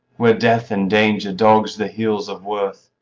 where death and danger dogs the heels of worth.